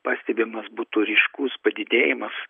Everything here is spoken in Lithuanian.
pastebimas būtų ryškus padidėjimas